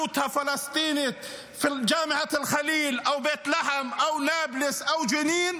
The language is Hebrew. הפלסטינית (אומר דברים בשפה הערבית.) אתם